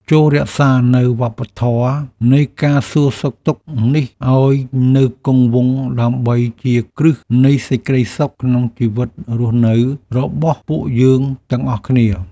ចូររក្សានូវវប្បធម៌នៃការសួរសុខទុក្ខនេះឱ្យនៅគង់វង្សដើម្បីជាគ្រឹះនៃសេចក្តីសុខក្នុងជីវិតរស់នៅរបស់ពួកយើងទាំងអស់គ្នា។